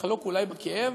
לחלוק אולי בכאב,